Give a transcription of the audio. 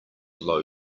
low